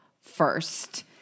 first